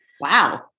Wow